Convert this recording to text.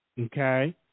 Okay